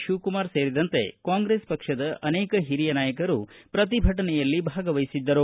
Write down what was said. ಶಿವಕುಮಾರ್ ಸೇರಿದಂತೆ ಕಾಂಗ್ರೆಸ್ ಪಕ್ಷದ ಅನೇಕ ಹಿರಿಯ ನಾಯಕರು ಪ್ರತಿಭಟನೆಯಲ್ಲಿ ಭಾಗವಹಿಸಿದ್ದರು